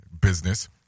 business